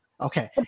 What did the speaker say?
Okay